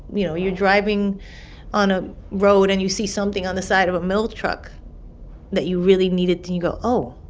you know, you're driving on a road and you see something on the side of a milk truck that you really needed to. and you go, oh.